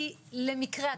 למקרה,